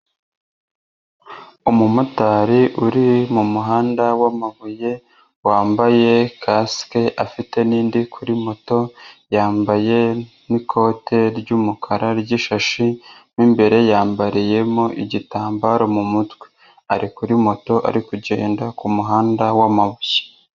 Umumotari uri mu muhanda w'amabuye wambaye kasike afite n'indi kuri moto yambaye n'ikote ry'umukara ry'ishashi mu imbere yambariyemo igitambaro mu mutwe ari kuri moto ari kugenda ku muhanda w'amabuye.